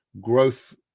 growth